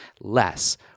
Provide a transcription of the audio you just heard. less